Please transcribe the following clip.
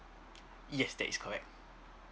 yes that is correct